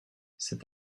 cet